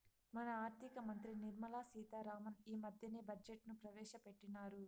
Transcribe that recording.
మన ఆర్థిక మంత్రి నిర్మలా సీతా రామన్ ఈ మద్దెనే బడ్జెట్ ను ప్రవేశపెట్టిన్నారు